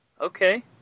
Okay